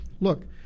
look